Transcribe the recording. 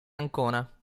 ancona